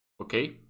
Okay